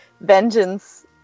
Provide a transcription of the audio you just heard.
vengeance